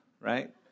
right